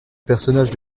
personnage